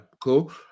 Cool